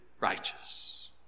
righteous